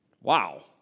Wow